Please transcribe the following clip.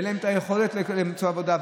ואין להם היכולת למצוא עבודה.